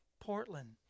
Portland